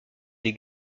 des